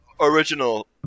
original